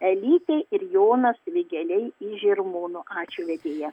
elytė ir jonas vygeliai iš žirmūnų ačiū vedėja